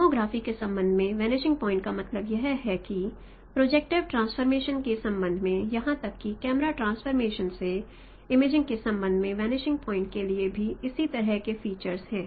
homography के संबंध में वनिषिंग पॉइंटस का मतलब यह है कि प्रोजेप्क्टिव ट्रांसफॉर्मेशन के संबंध में यहां तक कि कैमरा ट्रांसफॉर्मेशन से इमेजिंग के संबंध में वनिषिंग पॉइंटस के लिए भी इसी तरह के फीचर्स हैं